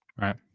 right